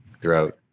throughout